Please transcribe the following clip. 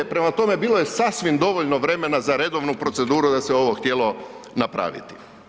Prema tome, bilo je sasvim dovoljno vremena za redovnu proceduru da se ovo htjelo napraviti.